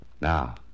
Now